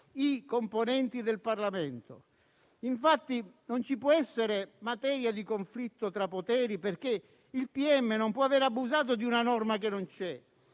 i componenti del Parlamento. Infatti, non ci può essere materia di conflitto tra poteri, perché il pubblico ministero non può aver abusato di una norma che non c'è.